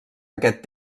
aquest